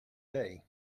day